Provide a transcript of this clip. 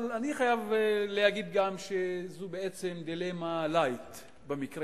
אבל אני חייב להגיד גם שזו בעצם דילמה "לייט" במקרה